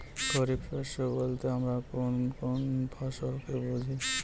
খরিফ শস্য বলতে আমরা কোন কোন ফসল কে বুঝি?